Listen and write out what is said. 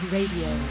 Radio